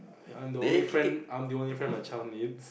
I am the only friend I am the only friend my child needs